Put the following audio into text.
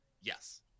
Yes